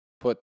put